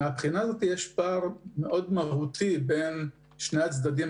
מבחינה זו יש פער מאוד מהותי בין שני הצדדים